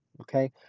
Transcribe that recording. Okay